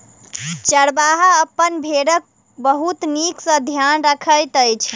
चरवाहा अपन भेड़क बहुत नीक सॅ ध्यान रखैत अछि